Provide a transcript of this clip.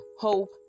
hope